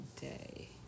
day